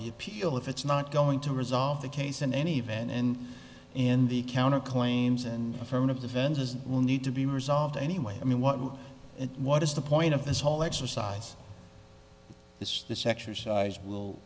the appeal if it's not going to resolve the case in any event and in the counterclaims and affirmative defenses will need to be resolved anyway i mean what what is the point of this whole exercise this this exercise will